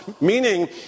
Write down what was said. meaning